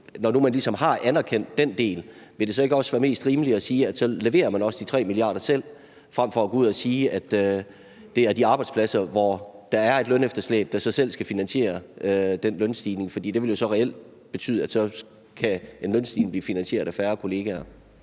ligesom har anerkendt den del, så ikke også vil være mest rimeligt at sige, at så leverer man også de 3 mia. kr. selv, frem for at gå ud at sige, at det er de arbejdspladser, hvor der er et lønefterslæb, der så selv skal finansiere den lønstigning? For det vil jo reelt betyde, at så kan en lønstigning blive finansieret af færre kolleger?